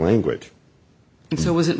language and so was it